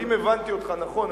אבל אם הבנתי אותך נכון,